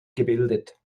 gebildet